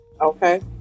Okay